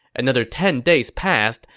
another ten days passed,